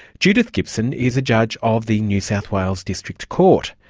judith gibson is a judge of the new south wales district court.